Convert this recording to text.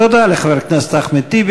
תודה לחבר הכנסת אחמד טיבי.